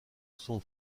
son